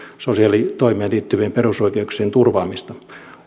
sosiaalitoimeen liittyvien perusoikeuksien turvaamista